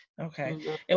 Okay